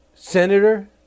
Senator